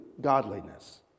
godliness